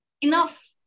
enough